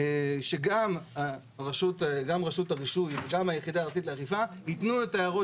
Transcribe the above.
שגם רשות הרישוי וגם היחידה הארצית לאכיפה יתנו את ההערות